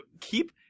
keep